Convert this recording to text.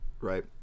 right